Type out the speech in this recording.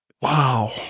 wow